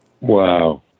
Wow